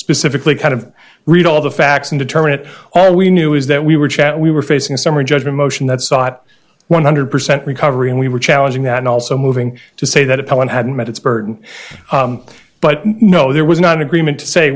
specifically kind of read all the facts and determine it all we knew is that we were chat we were facing summary judgment motion that sought one hundred percent recovery and we were challenging that also moving to say that appellant had met its burden but no there was not an agreement to say